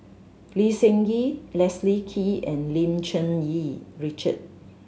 Lee Seng Gee Leslie Kee and Lim Cherng Yih Richard